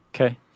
Okay